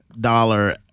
dollar